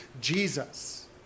Jesus